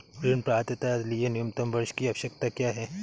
ऋण पात्रता के लिए न्यूनतम वर्ष की आवश्यकता क्या है?